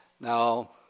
Now